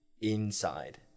inside